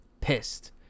Pissed